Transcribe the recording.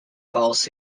false